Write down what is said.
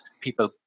people